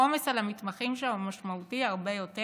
כי העומס על המתמחים שם הוא משמעותי הרבה יותר,